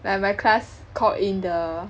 like my class called in the